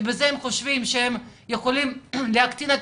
שבזה הם חושבים שהם יכולים להקטין את